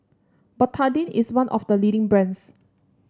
Betadine is one of the leading brands